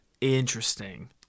Interesting